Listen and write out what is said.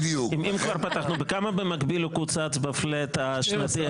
אם כבר פתחנו, כמה במקביל קוצץ בפלט השנתי?